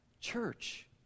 Church